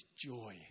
joy